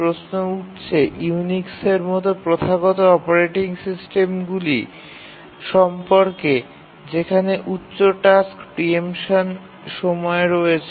প্রশ্ন উঠতে পারে ইউনিক্সের মতো প্রথাগত অপারেটিং সিস্টেমগুলি সম্পর্কে যেখানে টাস্ক প্রিএম্পশনের জন্য সময় রয়েছে